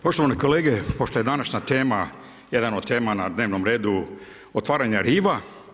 Poštovane kolege, pošto je današnja tema, jedna od tema na dnevnom redu otvaranja arhiva.